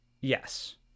Yes